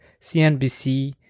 CNBC